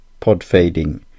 podfading